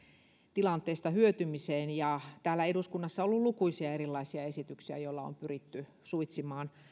tilanteesta hyötymiseen ja täällä eduskunnassa on ollut lukuisia erilaisia esityksiä joilla on pyritty suitsimaan